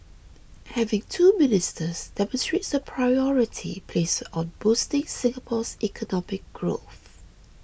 having two ministers demonstrates the priority placed on boosting Singapore's economic growth